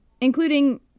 including